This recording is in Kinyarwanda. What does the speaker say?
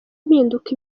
impinduka